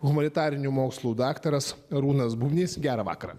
humanitarinių mokslų daktaras arūnas bubnys gerą vakarą